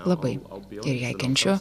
labai ir jei kenčiu